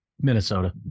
Minnesota